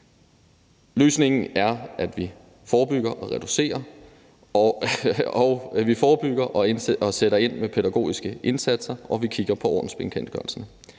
Løsningen er, at vi forebygger og sætter ind med pædagogiske indsatser, og at vi kigger på ordensbekendtgørelsen.